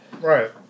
Right